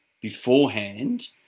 beforehand